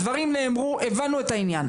הדברים נאמרו, הבנו את העניין.